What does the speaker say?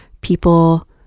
people